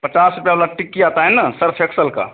पचास रुपये वाली टिक्की आती है ना सर्फ एक्सल की